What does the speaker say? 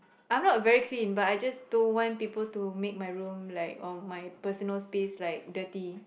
I'm not very clean but I just don't want people to make like my room or my personal space dirty